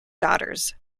daughters